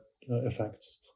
effects